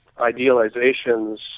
idealizations